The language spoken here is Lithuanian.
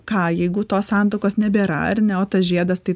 ką jeigu tos santuokos nebėra ar ne o tas žiedas tai